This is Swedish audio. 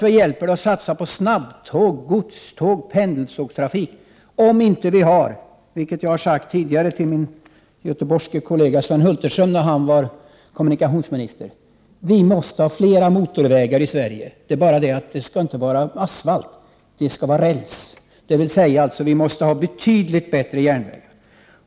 Vad hjälper det att satsa på snabbtåg, godståg och pendeltåg om vi inte har fler motorvägar i Sverige? Detta har jag talat om med min Göteborgskollega Sven Hulterström när han var kommunikationsminister. — Prot. 1988/89:70 Det är bara det att det då inte skall vara asfalt, utan det skall vara räls. Vi 21 februari 1989 måste alltså ha en betydligt bättre järnväg.